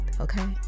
okay